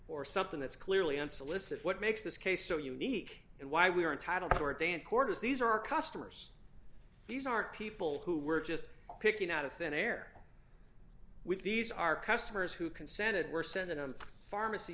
or something that's clearly unsolicited what makes this case so unique and why we are entitled to our day in court is these are customers these are people who were just picking out of thin air with these are customers who consented were sent in a pharmacy